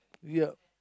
ya